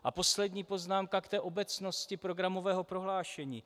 A poslední poznámka k té obecnosti programového prohlášení.